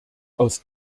aus